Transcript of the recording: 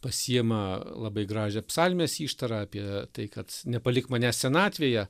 pasiima labai gražią psalmės ištarą apie tai kad nepalik manęs senatvėje